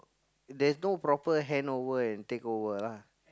there's no proper handover and takeover lah